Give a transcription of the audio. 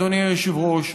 אדוני היושב-ראש,